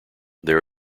there